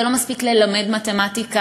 זה לא מספיק ללמד מתמטיקה,